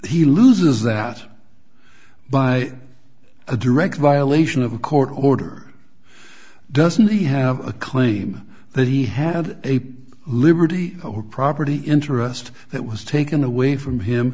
he loses that by a direct violation of a court order doesn't he have a claim that he has a liberty or property interest that was taken away from him